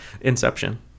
inception